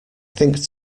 think